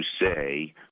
say